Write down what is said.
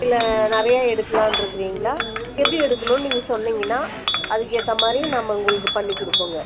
இல்லை நிறையா எடுக்கலாம்ன்னு இருக்குறீங்களா எப்படி எடுக்கணும்ன்னு நீங்கள் சொன்னீங்கன்னா அதுக்கேற்ற மாதிரி நம்ம உங்களுக்கு பண்ணிக் கொடுப்போங்க